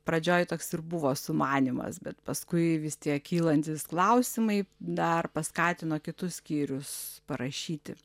pradžioj toks ir buvo sumanymas bet paskui vis tiek kylantys klausimai dar paskatino kitus skyrius parašyti